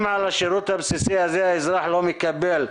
אם על השירות הבסיסי הזה האזרח לא מקבל,